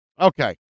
Okay